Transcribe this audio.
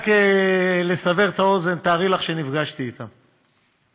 רק לסבר את האוזן: תארי לך שנפגשתי אתן,